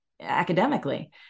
academically